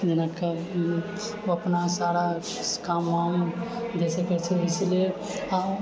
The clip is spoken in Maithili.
जेनाकि अपना सारा काम वाम जैसे कर सकैत छिऐ इसीलिए